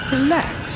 Relax